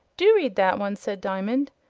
do read that one, said diamond,